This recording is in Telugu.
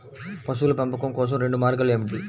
పశువుల పెంపకం కోసం రెండు మార్గాలు ఏమిటీ?